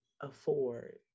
afford